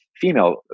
female